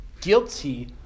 guilty